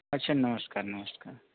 अच्छा नमस्कार नमस्कार